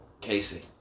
Casey